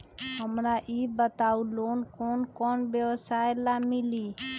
हमरा ई बताऊ लोन कौन कौन व्यवसाय ला मिली?